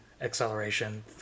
acceleration